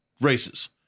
races